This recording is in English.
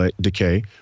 decay